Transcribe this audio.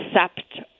accept